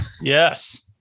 Yes